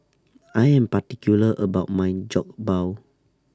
I Am particular about My Jokbal